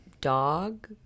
dog